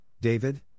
David